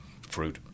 Fruit